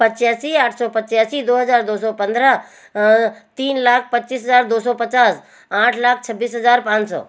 पिच्यासी आठ सौ पिच्यासी दो हजार दो सौ पंद्रह तीन लाख पच्चीस हजार दो सौ पचास आठ लाख छब्बीस हजार पाँच सौ